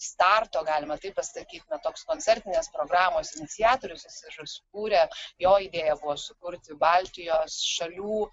starto galima taip pasakytna toks koncertinės programos iniciatorius jis ir sukūrė jo idėja sukurti baltijos šalių